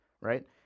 right